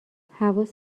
حواست